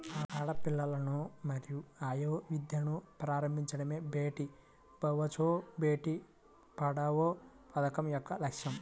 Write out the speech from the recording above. ఆడపిల్లలను మరియు ఆమె విద్యను ప్రారంభించడమే బేటీ బచావో బేటి పడావో పథకం యొక్క లక్ష్యం